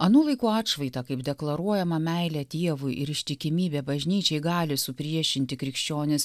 anų laikų atšvaitą kaip deklaruojama meilė dievui ir ištikimybė bažnyčiai gali supriešinti krikščionis